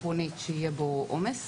עקרונית שיהיה בו עומס.